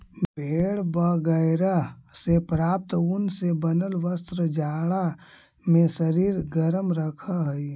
भेड़ बगैरह से प्राप्त ऊन से बनल वस्त्र जाड़ा में शरीर गरम रखऽ हई